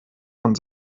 von